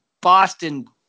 Boston